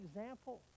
example